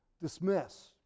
dismiss